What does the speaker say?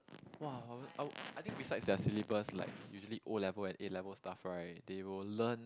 !wah! I'll I think besides their syllabus like usually O-level and A-level stuff right they will learn